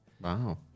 Wow